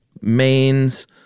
mains